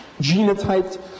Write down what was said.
genotyped